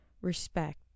respect